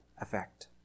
effect